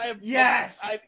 Yes